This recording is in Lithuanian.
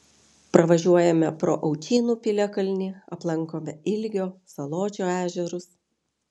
pravažiuojame pro aučynų piliakalnį aplankome ilgio saločio ežerus